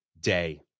day